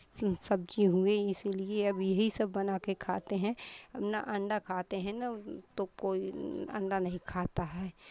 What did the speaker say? सब्ज़ी हुए इसीलिए अब यही सब बना के खाते हैं अब ना अंडा खाते हैं ना तो कोई अंडा नहीं खाता है